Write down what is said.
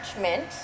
mint